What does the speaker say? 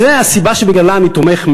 זאת הסיבה שבגללה אני תומך,